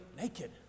naked